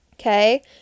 Okay